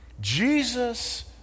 Jesus